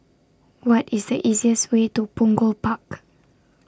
What IS The easiest Way to Punggol Park